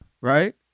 Right